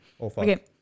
Okay